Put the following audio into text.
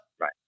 Right